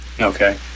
okay